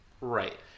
Right